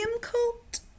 cult